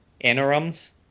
interims